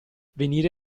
venire